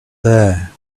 there